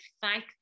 thank